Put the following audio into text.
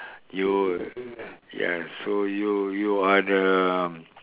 you ya so you you are the